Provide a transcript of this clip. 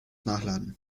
nachladen